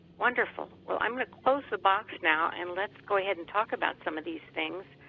wonderful. well, i'm going to close the box now and let's go ahead and talk about some of these things.